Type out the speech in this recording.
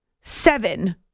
seven